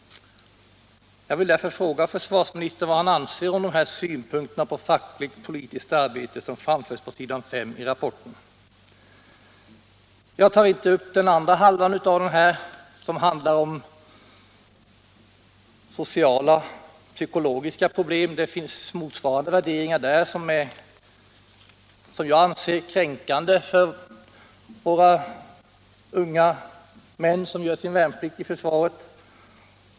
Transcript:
Jag vill därför fråga försvarsministern vad han anser om de synpunkter på fackligt-politiskt arbete som framförs på s. 5 i rapporten. Jag tar inte upp den andra halvan av rapporten som handlar om sociala och psykologiska problem. Där finns motsvarande värderingar, som jag anser vara kränkande för våra unga män som gör sin värnplikt i försvaret.